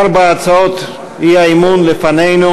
ארבע הצעות אי-אמון לפנינו.